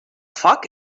foc